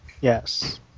Yes